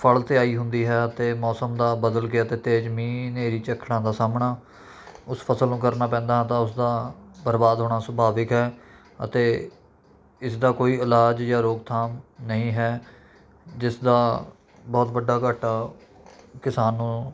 ਫ਼ਲ 'ਤੇ ਆਈ ਹੁੰਦੀ ਹੈ ਅਤੇ ਮੌਸਮ ਦਾ ਬਦਲ ਕੇ ਅਤੇ ਤੇਜ਼ ਮੀਂਹ ਹਨੇਰੀ ਝੱਖੜਾਂ ਦਾ ਸਾਹਮਣਾ ਉਸ ਫਸਲ ਨੂੰ ਕਰਨਾ ਪੈਂਦਾ ਹੈ ਤਾਂ ਉਸਦਾ ਬਰਬਾਦ ਹੋਣਾ ਸੁਭਾਵਿਕ ਹੈ ਅਤੇ ਇਸ ਦਾ ਕੋਈ ਇਲਾਜ ਜਾਂ ਰੋਕਥਾਮ ਨਹੀਂ ਹੈ ਜਿਸ ਦਾ ਬਹੁਤ ਵੱਡਾ ਘਾਟਾ ਕਿਸਾਨ ਨੂੰ